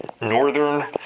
Northern